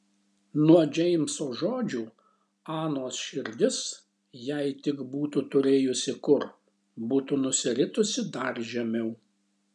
nuo džeimso žodžių anos širdis jei tik būtų turėjusi kur būtų nusiritusi dar žemiau